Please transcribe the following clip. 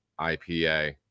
IPA